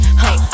hey